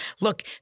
Look